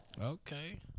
Okay